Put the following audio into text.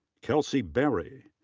kelsi berry.